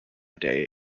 day